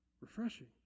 Refreshing